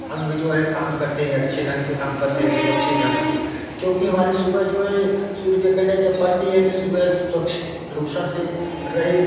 अंग जो है काम करते हैं अच्छे ढंग से काम करते हैं सुरक्षित ढंग से क्योंकि हमारे सुबह जो है सूर्य के किरणें जब पड़ती है तो सुबह स्वच्छ प्रदूषण से रहित